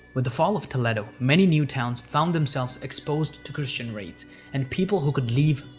with the fall of toledo, many new towns found themselves exposed to christian raids and people who could leave,